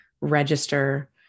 register